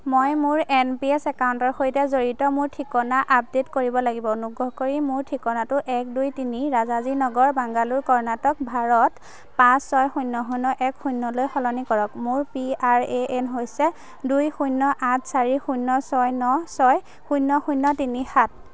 মই মোৰ N P S একাউণ্টৰ সৈতে জড়িত মোৰ ঠিকনা আপডেট কৰিব লাগিব অনুগ্ৰহ কৰি মোৰ ঠিকনাটো এক দুই তিনি ৰাজাজী নগৰ বাংগালোৰ কৰ্ণাটক ভাৰত পাঁচ ছয় শূন্য শূন্য এক শূন্যলৈ সলনি কৰক মোৰ পি আৰ এ এন হৈছে দুই শূন্য আঠ চাৰি শূন্য ছয় ন ছয় শূন্য শূন্য তিনি সাত